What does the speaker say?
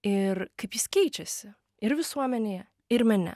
ir kaip jis keičiasi ir visuomenėje ir mene